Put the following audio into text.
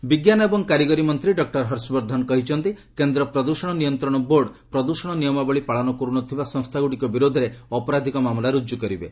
pollution ବିଜ୍ଞାନ ଏବଂ କାରିଗରୀ ମନ୍ତ୍ରୀ ଡକ୍କର ହର୍ଷବର୍ଦ୍ଧନ କହିଛନ୍ତି କେନ୍ଦ୍ର ପ୍ରଦ୍ଷଣ ନିୟନ୍ତ୍ରଣ ବୋର୍ଡ଼ ପ୍ରଦ୍ଷଣ ନିୟମାବଳୀ ପାଳନ କରୁ ନ ଥିବା ସଂସ୍ଥାଗୁଡ଼ିକ ବିରୋଧରେ ଅପରାଧକ ମାମଲା ରୁଜୁ କରିବେ